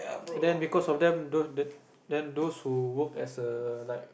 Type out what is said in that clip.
then because of them those the then those who work as a like